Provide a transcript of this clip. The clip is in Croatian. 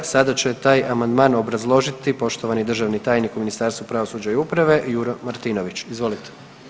Sada će taj amandman obrazložiti poštovani državni tajnik u Ministarstvu pravosuđa i uprave Juro Martinović, izvolite.